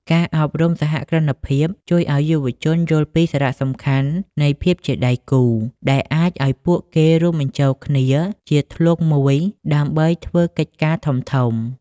ការអប់រំសហគ្រិនភាពជួយឱ្យយុវជនយល់ពី "សារៈសំខាន់នៃភាពជាដៃគូ" ដែលអាចឱ្យពួកគេរួមបញ្ចូលគ្នាជាធ្លុងមួយដើម្បីធ្វើកិច្ចការធំៗ។